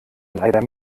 leider